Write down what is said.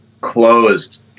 closed